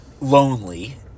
lonely